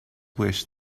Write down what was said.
wish